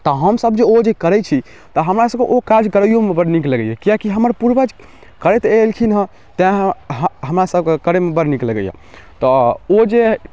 तऽ हमसभ जे ओ करै छी तऽ हमरासभके ओ काज करैओमे बड़ नीक लगैए किएकि हमरा पूर्वज करैत अएलखिन हँ तेँ हम हमरासभके करैमे बड़ नीक लगैए तऽ ओ जे